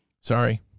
Sorry